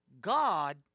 God